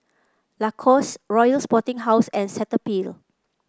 Lacoste Royal Sporting House and Cetaphil